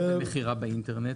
מה לגבי מכירה באינטרנט?